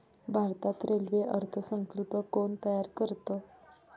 भारतात रेल्वे अर्थ संकल्प कोण तयार करतं?